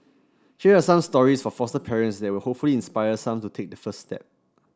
here are some stories for foster parents that will hopefully inspire some to take that first step